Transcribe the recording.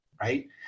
right